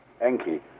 Enki